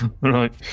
right